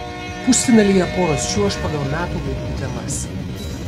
pusfinalyje poros čiuoš pagal metų laikų temas